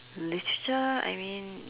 literature I mean